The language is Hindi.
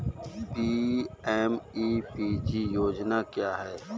पी.एम.ई.पी.जी योजना क्या है?